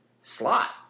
slot